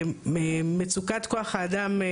מצוקת כוח האדם,